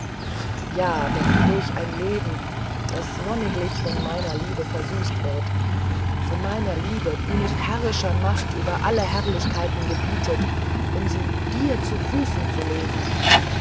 ja doch durch ein leben das wonniglich von meiner liebe versüßt wird von meiner liebe die mit herrischer macht über alle herrlichkeiten gebietet um sie dir zu füßen zu legen